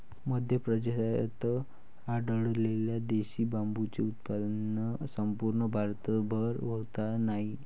मध्य प्रदेशात आढळलेल्या देशी बांबूचे उत्पन्न संपूर्ण भारतभर होत नाही